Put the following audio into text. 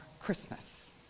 Christmas